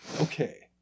Okay